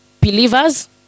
believers